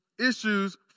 issues